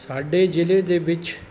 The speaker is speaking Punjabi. ਸਾਡੇ ਜ਼ਿਲ੍ਹੇ ਦੇ ਵਿੱਚ